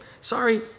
sorry